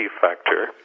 factor